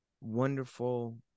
wonderful